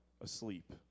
asleep